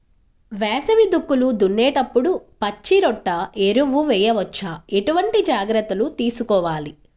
వేసవి దుక్కులు దున్నేప్పుడు పచ్చిరొట్ట ఎరువు వేయవచ్చా? ఎటువంటి జాగ్రత్తలు తీసుకోవాలి?